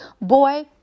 boy